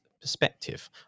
perspective